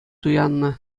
туяннӑ